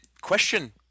question